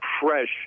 fresh